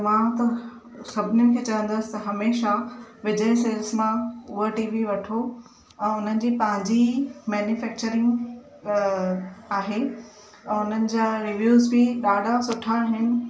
मां त सभिनीनि खे चवंदसि त हमेशा विजय सेल्स मां उहा टीवी वठो ऐं उन जी पंहिंजी ई मैन्युफैक्चरिंग आहे ऐं उन्हनि जा रीवियूस बि ॾाढ़ा सुठा आहिनि